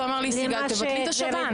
אתה אומר לי סיגל, תבטלי את השב"ן.